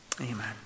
Amen